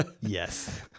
Yes